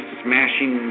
smashing